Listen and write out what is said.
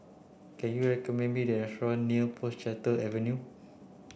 can you recommend me a restaurant near Portchester Avenue